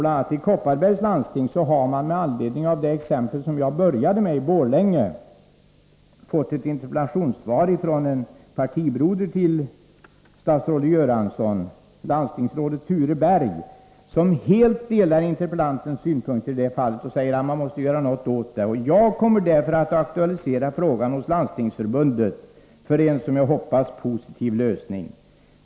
a. har man i Kopparbergs läns landsting — med anledning av det fall i Borlänge som jag tog upp som ett första exempel — fått ett interpellationssvar från en partibroder till statsrådet Göransson, landstingsrådet Ture Berg, som helt delar interpellantens synpunkter och säger att man måste göra något åt det hela. Jag kommer därför att aktualisera frågan hos Landstingsförbundet, säger han, för en som jag hoppas positiv lösning.